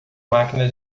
máquina